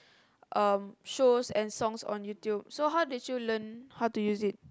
um shows and songs on YouTube so how did you learn how to use it